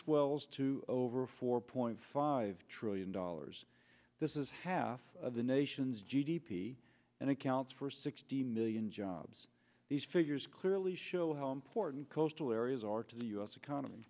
wells to over four point five trillion dollars this is half of the nation's g d p and accounts for sixteen million jobs these figures clearly show how important coastal areas are to the u s economy